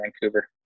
Vancouver